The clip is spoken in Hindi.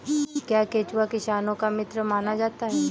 क्या केंचुआ किसानों का मित्र माना जाता है?